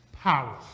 power